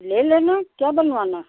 ले लेना क्या बनवाना है